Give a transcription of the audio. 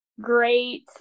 great